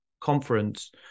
conference